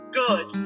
good